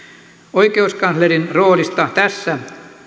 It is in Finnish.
oikeuskanslerin roolista tässä